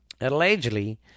Allegedly